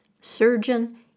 surgeon